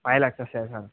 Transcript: five lakhs వస్తాయా sir